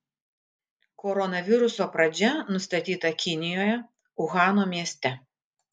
koronaviruso pradžia nustatyta kinijoje uhano mieste